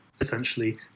essentially